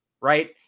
right